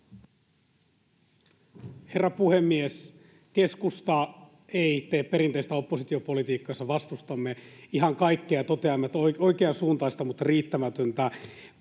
Herra puhemies! Keskusta ei tee perinteistä oppositiopolitiikkaa, jossa vastustamme ihan kaikkea ja toteamme, että oikeansuuntaista mutta riittämätöntä.